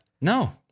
No